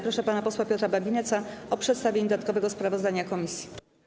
Proszę pana posła Piotra Babinetza o przedstawienie dodatkowego sprawozdania komisji.